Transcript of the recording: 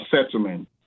settlement